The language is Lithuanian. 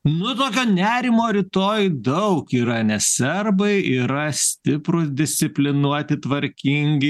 nu tokio nerimo rytoj daug yra nes serbai yra stiprūs disciplinuoti tvarkingi